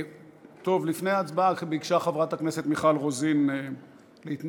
לפני ההצבעה ביקשה חברת הכנסת מיכל רוזין להתנגד.